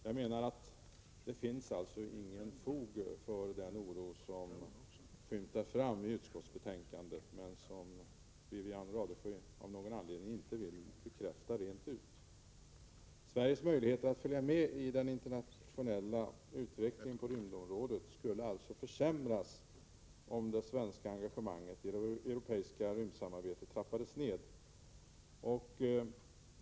Jag menar således att det inte finns fog för den oro som framskymtar i utskottsbetänkandet men som Wivi-Anne Radesjö av någon anledning inte rent ut vill bekräfta. Sveriges möjligheter att följa med i den internationella utvecklingen på rymdområdet skulle alltså försämras om det svenska engagemanget i det europeiska rymdsamarbetet trappades ned.